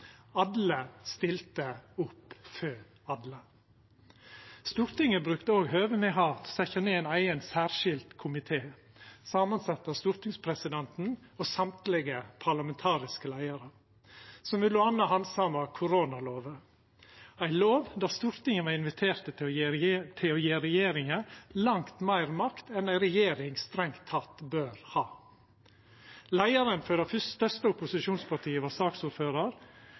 stilte opp for alle. Stortinget brukte òg høvet me har til å setja ned ein eigen særskilt komité, samansett av stortingspresidenten og alle parlamentariske leiarar, som m.a. handsama koronalova, ei lov der Stortinget var invitert til å gje regjeringa langt meir makt enn ei regjering strengt tatt bør ha. Leiaren for det største opposisjonspartiet var saksordførar.